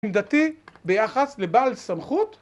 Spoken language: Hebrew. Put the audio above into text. עמדתי ביחס לבעל סמכות.